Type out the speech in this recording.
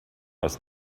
aus